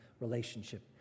relationship